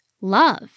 love